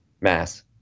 Mass